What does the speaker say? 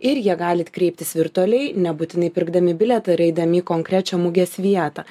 ir jie galit kreiptis virtualiai nebūtinai pirkdami bilietą ir eidami į konkrečią mugės vietą